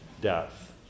death